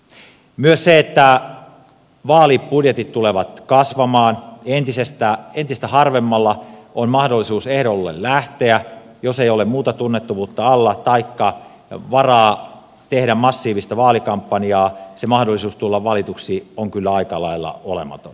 kun ottaa huomioon että vaalibudjetit tulevat kasvamaan entistä harvemmalla on mahdollisuus ehdolle lähteä jos ei ole muuta tunnettavuutta alla taikka varaa tehdä massiivista vaalikampanjaa niin se mahdollisuus tulla valituksi on kyllä aika lailla olematon